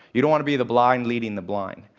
you don't want to be the blind leading the blind.